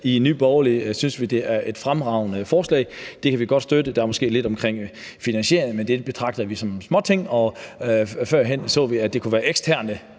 I Nye Borgerlige synes vi, det er et fremragende forslag, og det kan vi godt støtte. Der er måske lidt omkring finansieringen, men det betragter vi som småting. Førhen så vi, at det kunne være eksterne